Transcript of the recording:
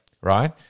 right